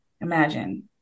Imagine